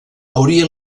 hauria